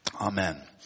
Amen